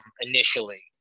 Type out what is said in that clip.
initially